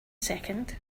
second